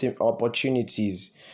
opportunities